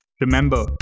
Remember